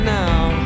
now